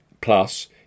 plus